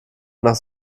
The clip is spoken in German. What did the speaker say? nach